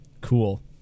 cool